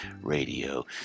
Radio